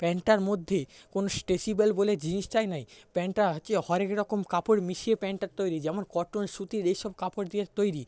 প্যান্টটার মধ্যে কোনো স্ট্রেচেবেল বলে জিনিসটাই নেই প্যান্টটা কি হরেক রকম কাপড় মিশিয়ে প্যান্টটা তৈরি যেমন কটন সুতির এই সব কাপড় দিয়ে তৈরি